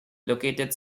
located